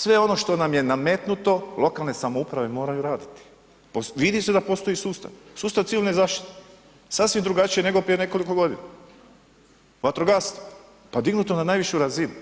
Sve ono što nam je nametnuto, lokalne samouprave moraju raditi, vidi se da postoji sustav, sustav civilne zaštite sasvim drugačiji nego prije nekoliko godina, vatrogastvo pa dignuto na najvišu razinu,